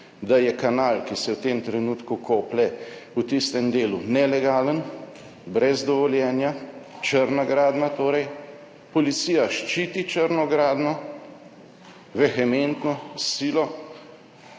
da je kanal, ki se v tem trenutku koplje, v tistem delu nelegalen, brez dovoljenja, črna gradnja torej – policija ščiti črno gradnjo, vehementno, s silo,